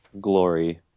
glory